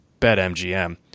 BetMGM